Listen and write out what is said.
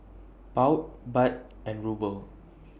Pound Baht and Ruble